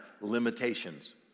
limitations